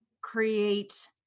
create